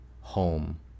home